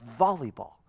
volleyball